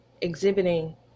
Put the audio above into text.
exhibiting